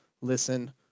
listen